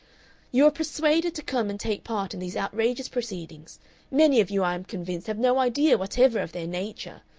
you are persuaded to come and take part in these outrageous proceedings many of you, i am convinced, have no idea whatever of their nature.